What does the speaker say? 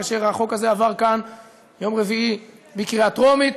כאשר החוק הזה עבר כאן ביום רביעי בקריאה טרומית.